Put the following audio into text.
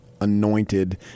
anointed